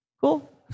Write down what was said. Cool